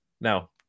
Now